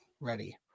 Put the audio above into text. Ready